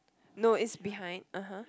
no is behind uh !huh!